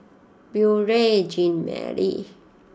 Beurel Jean Marie